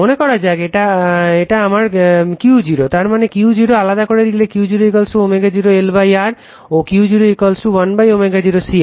মনে করা যাক এটা আমার Q0 তারমানে Q0 আলাদা করে লিখলে Q0 ω0 L R ও আবার Q0 1ω0 CR